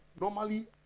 normally